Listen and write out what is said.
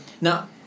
Now